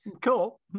Cool